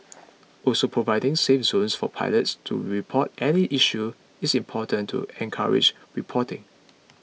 also providing safe zones for pilots to report any issues is important to encourage reporting